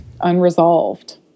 Unresolved